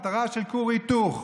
מטרה של כור היתוך.